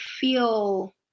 feel